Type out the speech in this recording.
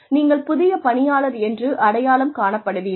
நீங்கள் புதிய பணியாளர் என்று அடையாளம் காணப்படுவீர்கள்